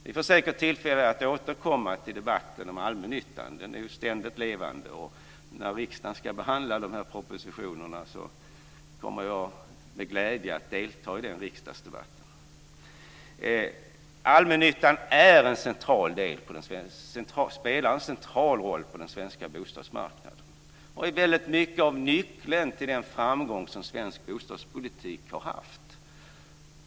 Vi får säkert tillfälle att återkomma till debatten om allmännyttan. Den är ju ständigt levande. När riksdagen ska behandla de här propositionerna kommer jag med glädje att delta i debatten. Allmännyttan spelar en central roll på den svenska bostadsmarknaden och är mycket av nyckeln till den framgång som svensk bostadspolitik har haft.